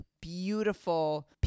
beautiful